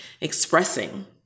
expressing